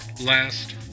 last